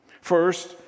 First